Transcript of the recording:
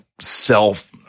self